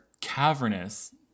cavernous